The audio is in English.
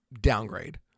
downgrade